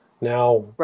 now